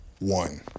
One